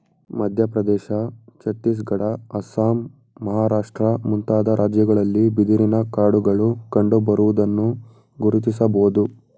ಮಧ್ಯಪ್ರದೇಶ, ಛತ್ತೀಸ್ಗಡ, ಅಸ್ಸಾಂ, ಮಹಾರಾಷ್ಟ್ರ ಮುಂತಾದ ರಾಜ್ಯಗಳಲ್ಲಿ ಬಿದಿರಿನ ಕಾಡುಗಳು ಕಂಡುಬರುವುದನ್ನು ಗುರುತಿಸಬೋದು